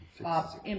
Bob